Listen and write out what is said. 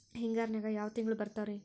ಹಿಂಗಾರಿನ್ಯಾಗ ಯಾವ ತಿಂಗ್ಳು ಬರ್ತಾವ ರಿ?